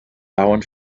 dauern